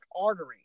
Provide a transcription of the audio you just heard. artery